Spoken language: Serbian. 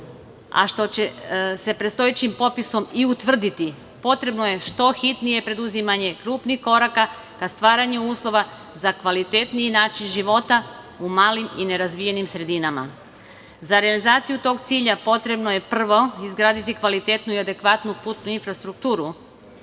a što će se predstojećim popisom i utvrditi, potrebno je što hitnije preduzimanje krupnih koraka ka stvaranju uslova za kvalitetniji način života u malim i nerazvijenim sredinama.Za realizaciju tog cilja potrebno je, prvo, izgraditi kvalitetnu i adekvatnu putnu infrastrukturu,